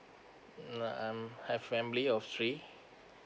mm I um have family of three